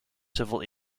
civil